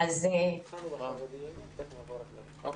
אז אה..